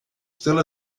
still